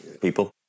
people